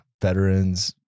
Veterans